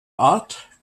art